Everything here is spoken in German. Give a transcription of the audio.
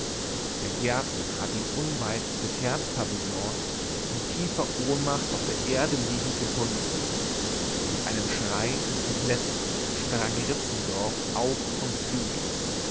der gärtner hatte ihn unweit des herzpavillons in tiefer ohnmacht auf der erde liegend gefunden mit einem schrei des entsetzens sprang rixendorf auf vom flügel